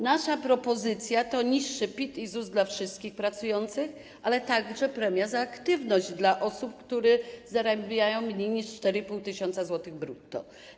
Nasza propozycja to niższy PIT i ZUS dla wszystkich pracujących, ale także premia za aktywność dla osób, które zarabiają mniej niż 4,5 tys. zł. brutto.